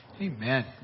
Amen